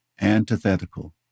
antithetical